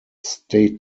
stay